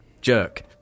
jerk